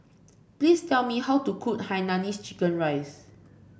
please tell me how to cook Hainanese Chicken Rice